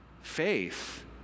Faith